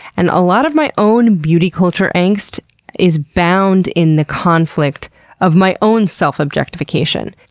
and a lot of my own beauty culture angst is bound in the conflict of my own self objectification.